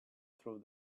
through